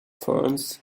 ferns